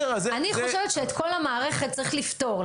אני חושבת שאת כל המערכת צריך לפתור.